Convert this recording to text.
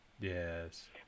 Yes